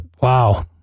wow